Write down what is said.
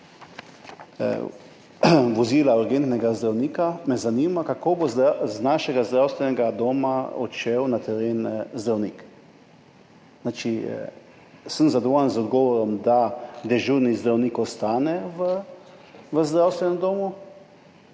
ko nimamo urgentnega zdravnika, me zanima, kako bo z našega zdravstvenega doma odšel zdravnik na teren. Jaz sem zadovoljen z odgovorom, da dežurni zdravnik ostane v zdravstvenem domu,